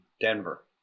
Denver